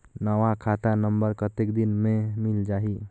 नवा खाता नंबर कतेक दिन मे मिल जाही?